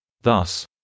Thus